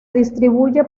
distribuye